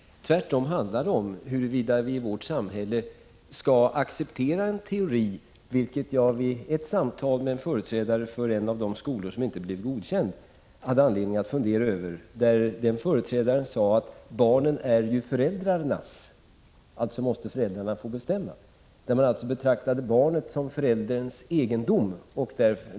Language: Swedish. Tvärtom handlar det om huruvida vi i vårt samhälle skall acceptera en teori, vilket jag vid ett samtal med en företrädare för en av de skolor som inte blev godkänd hade anledning att fundera över. Denna företrädare sade att barnen är föräldrarnas, alltså måste föräldrarna få bestämma. Denna företrädare betraktade alltså barnen som föräldrarnas egendom.